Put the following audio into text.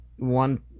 One